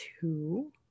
two